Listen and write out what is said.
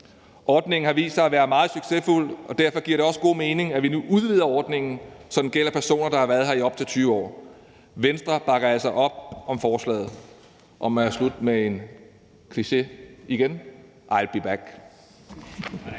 Ordningen har vist sig at være meget succesfuld, og derfor giver det også god mening, at vi nu udvider ordningen, så den gælder personer, der har været her i op til 20 år. Venstre bakker altså op om forslaget. Og hvis jeg må slutte med en kliché igen: I'll be back.